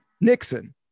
Nixon